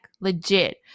legit